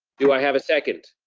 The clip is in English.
do i have a second?